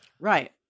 Right